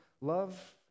love